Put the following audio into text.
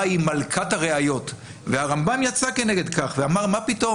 היא מלכת הראיות והרמב"ם יצא כנגד כך ואמר מה פתאום.